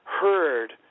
heard